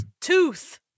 Tooth